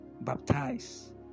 baptize